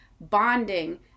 bonding